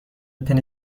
پنی